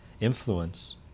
influence